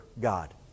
God